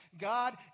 God